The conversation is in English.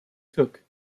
cook